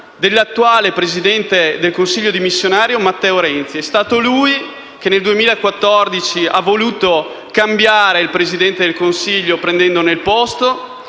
l'attuale presidente del Consiglio dimissionario Matteo Renzi. È stato lui che, nel 2014, ha voluto cambiare il Presidente del Consiglio, prendendone il posto.